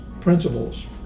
principles